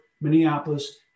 Minneapolis